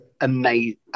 Amazing